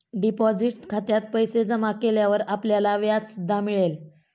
deposit खात्यात पैसे जमा केल्यावर आपल्याला व्याज सुद्धा मिळेल